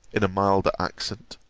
in a milder accent,